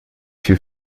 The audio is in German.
viel